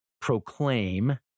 proclaim